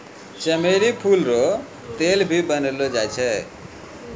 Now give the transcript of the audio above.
चमेली फूल रो तेल भी बनैलो जाय छै